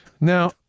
Now